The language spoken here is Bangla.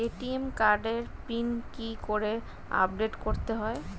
এ.টি.এম কার্ডের পিন কি করে আপডেট করতে হয়?